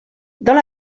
dans